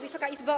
Wysoka Izbo!